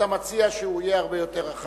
אתה מציע שהוא יהיה הרבה יותר רחב.